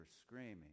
screaming